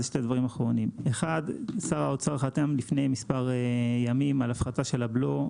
שר האוצר חתם לפני מספר ימים על הפחתה של הבלו,